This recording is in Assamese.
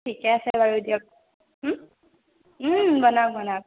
ঠিকে আছে বাৰু দিয়ক বনাওঁক বনাওঁক